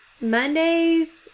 Mondays